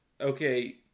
okay